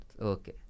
Okay